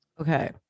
okay